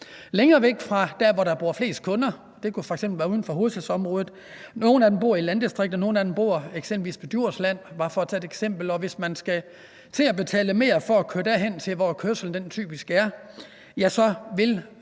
være uden for hovedstadsområdet – og nogle af dem bor i landdistrikter, nogle bor eksempelvis på Djursland, og hvis man skal til at betale mere for at køre derhen, hvor kørslen typisk er, ja, så vil